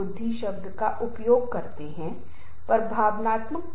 समूह संचार सभी के बीच रोजमर्रा की बात और संबंध विशेष रूप से लोगों के बीच संबंध है